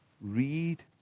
read